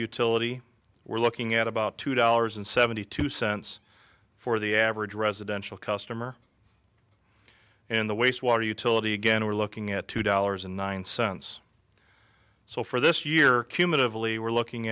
utility we're looking at about two dollars and seventy two cents for the average residential customer and the waste water utility again we're looking at two dollars and nine cents so for this year cumulatively we're looking